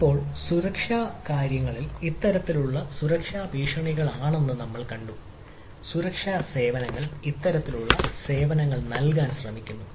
ഇപ്പോൾ സുരക്ഷാ സേവനങ്ങളിൽ ഇത്തരത്തിലുള്ള സുരക്ഷാ ഭീഷണികളാണിതെന്ന് നമ്മൾ കണ്ടു സുരക്ഷാ സേവനങ്ങൾ ഇത്തരത്തിലുള്ള സേവനങ്ങൾ നൽകാൻ ശ്രമിക്കുന്നു